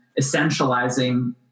essentializing